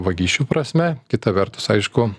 vagysčių prasme kita vertus aišku